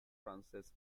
frances